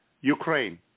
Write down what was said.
Ukraine